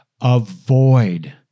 avoid